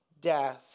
death